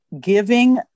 giving